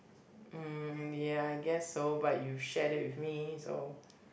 mm ya I guess so but you shared it with me so